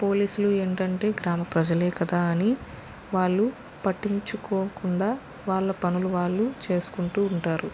పోలీసులు ఏంటంటే గ్రామ ప్రజలు కదా అని వాళ్ళు పట్టించుకోకుండా వాళ్ళ పనులు వాళ్ళు చేసుకుంటు ఉంటారు